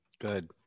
Good